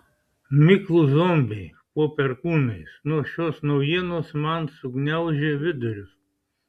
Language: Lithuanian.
miklūs zombiai po perkūnais nuo šios naujienos man sugniaužė vidurius